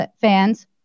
fans